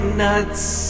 nuts